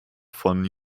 von